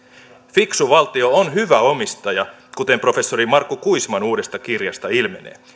fiksu valtio on hyvä omistaja kuten professori markku kuisman uudesta kirjasta ilmenee